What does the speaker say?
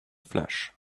flash